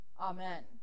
Amen